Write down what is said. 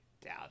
doubt